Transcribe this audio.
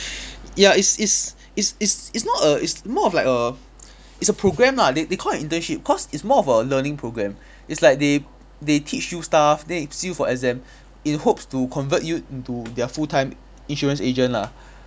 ya it's it's it's it's it's not a it's more of like a it's a program lah they they call it internship cause it's more of a learning program it's like they they teach you stuff then they sit you for exam in hopes to convert you into their full time insurance agent lah